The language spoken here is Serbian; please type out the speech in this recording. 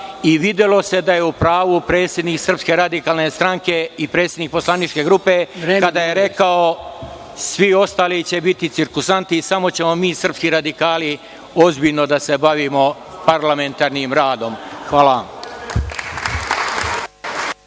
i videlo se da je u pravu predsednik SRS i predsednik poslaničke grupe kada je rekao – svi ostali će biti cirkuzanti, a samo ćemo mi srpski radikali ozbiljno da se bavimo parlamentarnim radom. Hvala